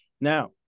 Now